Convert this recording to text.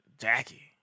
Jackie